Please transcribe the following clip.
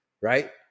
Right